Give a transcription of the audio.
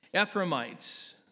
Ephraimites